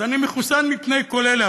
אז אני מחוסן מפני כל אלה.